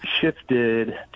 shifted